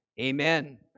Amen